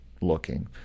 looking